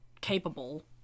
capable